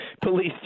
Police